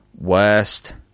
Worst